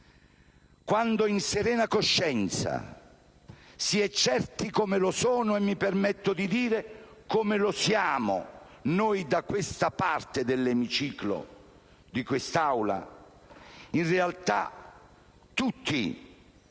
quando in serena coscienza si è certi, come sono io e - mi permetto di dire - come siamo noi da questa parte dell'emiciclo dell'Aula - in realtà ne